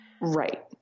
Right